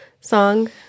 song